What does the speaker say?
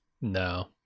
No